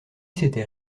s’était